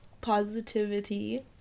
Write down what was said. positivity